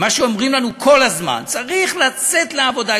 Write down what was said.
ומה שאומרים לנו כל הזמן: צריך לצאת לעבודה,